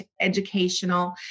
educational